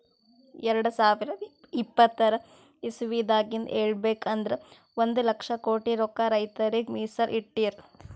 ಎರಡ ಸಾವಿರದ್ ಇಪ್ಪತರ್ ಇಸವಿದಾಗಿಂದ್ ಹೇಳ್ಬೇಕ್ ಅಂದ್ರ ಒಂದ್ ಲಕ್ಷ ಕೋಟಿ ರೊಕ್ಕಾ ರೈತರಿಗ್ ಮೀಸಲ್ ಇಟ್ಟಿರ್